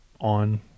on